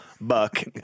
Buck